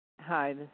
Hi